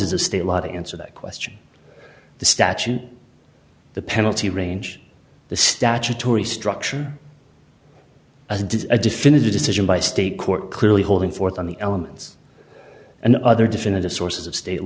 of state law to answer that question the statute the penalty range the statutory structure as did a definitive decision by state court clearly holding forth on the elements and other definitive sources of state